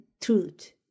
truth